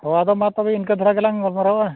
ᱦᱳᱭ ᱟᱫᱚ ᱢᱟ ᱛᱚᱵᱮ ᱤᱱᱠᱟᱹ ᱫᱷᱟᱨᱮ ᱜᱮᱞᱟᱝ ᱜᱟᱞᱢᱟᱨᱟᱣᱟ